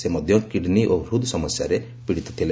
ସେ ମଧ୍ୟ କିଡ୍ନୀ ଓ ହୃଦ୍ରୋଗ ସମସ୍ୟାରେ ପୀଡ଼ିତ ଥିଲେ